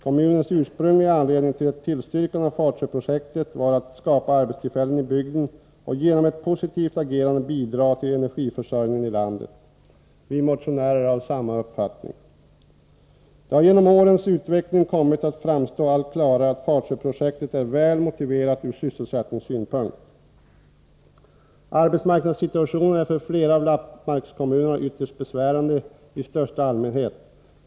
Kommunens ursprungliga anledning till ett tillstyrkande av Fatsjöprojektet var att skapa arbetstillfällen i bygden och genom ett positivt agerande bidra till energiförsörjningen i landet. Vi motionärer är av samma uppfattning. Det har genom årens utveckling kommit att framstå allt klarare att Fatsjöprojektet är väl motiverat ur sysselsättningssynpunkt. Arbetsmarknadssituationen är för flera av Lappmarkskommunerna ytterst besvärande i största allmänhet.